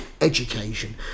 education